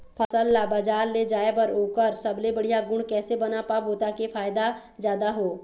फसल ला बजार ले जाए बार ओकर सबले बढ़िया गुण कैसे बना पाबो ताकि फायदा जादा हो?